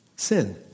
Sin